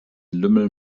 lümmel